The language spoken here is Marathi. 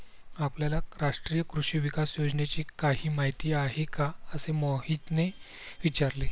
आपल्याला राष्ट्रीय कृषी विकास योजनेची काही माहिती आहे का असे मोहितने विचारले?